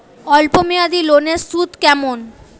অল্প মেয়াদি লোনের সুদ কেমন?